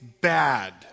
bad